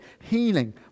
healing